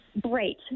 great